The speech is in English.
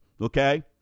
okay